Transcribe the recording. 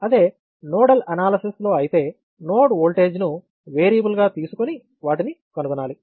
అదే nodal analysis లో అయితే నోడ్ ఓల్టేజ్ ను వేరియబుల్ గా తీసుకొని వాటిని కనుగొనాలి